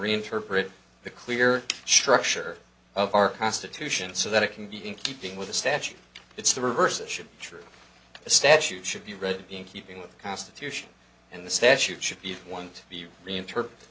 reinterpret the clear structure of our constitution so that it can be in keeping with the statute it's the reverse it should be true to a statute should be read in keeping with the constitution and the statute should be one to be reinterpret